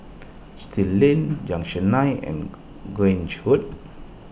Still Lane Junction nine and Grange Road